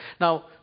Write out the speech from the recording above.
Now